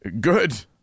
Good